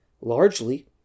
Largely